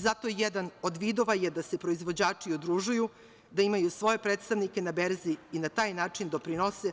Zato je jedan od vidova da se proizvođači udružuju, da imaju svoje predstavnike na berzi i na taj način da doprinose